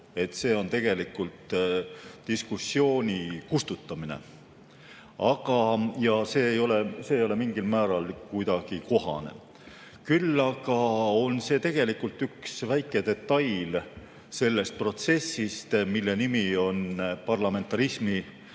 lõppu, on tegelikult diskussiooni kustutamine ja see ei ole mingil määral kuidagi kohane. Küll aga on see tegelikult üks väike detail sellest protsessist, mille nimi on parlamentarismi